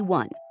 one